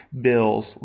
bills